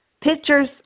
Pictures